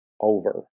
Over